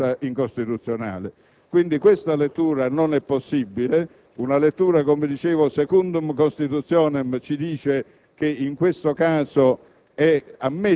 non potrebbero che essere di per sé incostituzionali. Quindi, tale lettura non è possibile: una lettura, come dicevo, *secundum Constitutionem* ci dice